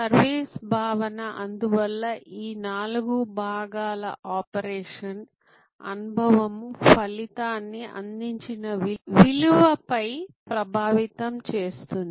service భావన అందువల్ల ఈ నాలుగు భాగాల ఆపరేషన్ అనుభవము ఫలితాన్ని అందించిన విలువపై ప్రభావితం చేస్తుంది